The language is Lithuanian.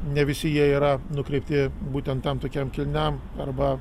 ne visi jie yra nukreipti būtent tam tokiam kilniam arba